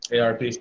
ARP